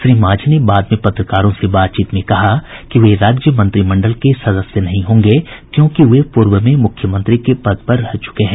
श्री मांझी ने बाद में पत्रकारों से बातचीत में कहा कि वे राज्य मंत्रिमंडल के सदस्य नहीं होंगे क्योंकि वे पूर्व में मुख्यमंत्री के पद पर रह चुके हैं